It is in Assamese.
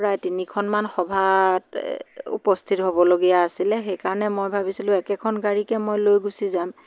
প্ৰায় তিনিখন মান সভাত উপস্থিত হ'বলগীয়া আছিলে সেইকাৰণে মই ভাবিছিলোঁ একেখন গাড়ীকে মই লৈ গুচি যাম